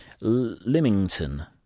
Lymington